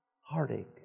heartache